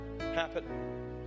happen